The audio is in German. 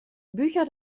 bücher